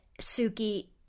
Suki